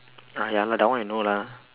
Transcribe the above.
ah ya lah that one I know lah